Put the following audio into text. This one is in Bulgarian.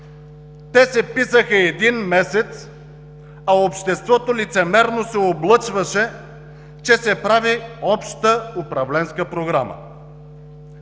Те се писаха един месец, а обществото лицемерно се облъчваше, че се прави обща управленска Програма.